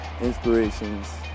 inspirations